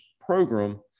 program